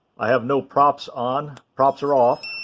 i have no props on. props are off.